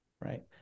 Right